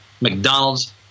McDonald's